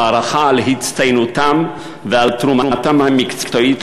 להערכה על הצטיינותם ועל תרומתם המקצועית